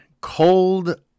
cold